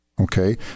okay